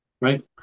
Right